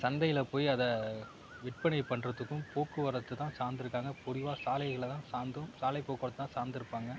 சந்தையில் போய் அதை விற்பனை பண்ணுறத்துக்கும் போக்குவரத்து தான் சார்ந்துருக்காங்க பொறிவா சாலைகளை தான் சார்ந்தும் சாலை போக்குவரத்தை தான் சார்ந்துருப்பாங்கள்